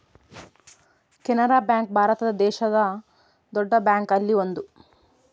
Canara bank Bharat ದೇಶದ್ ದೊಡ್ಡ bank ಅಲ್ಲಿ ಒಂದು